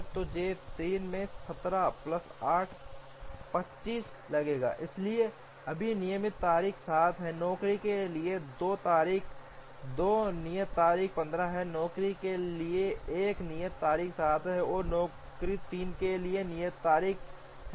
तो J 3 में 17 plus 8 25 लगेंगे इसलिए अभी नियत तारीखें 7 हैं नौकरी के लिए 2 तारीख 2 नियत तारीख 15 हैं नौकरी के लिए 1 नियत तारीख 7 है और नौकरी 3 के लिए नियत तारीख है